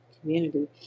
community